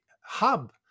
hub